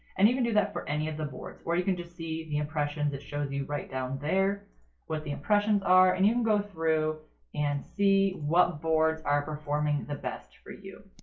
and you can do that for any of the boards, or you can just see the impressions it shows you right down there what the impressions are. and you can go through and see what boards are performing the best for you.